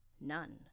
None